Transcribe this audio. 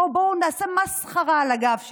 בואו בואו נעשה מסחרה על הגב שלהם.